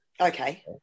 Okay